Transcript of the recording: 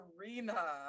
arena